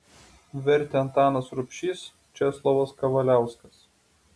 vertė antanas rubšys česlovas kavaliauskas